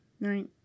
Right